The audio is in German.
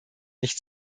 nicht